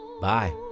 Bye